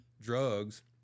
drugs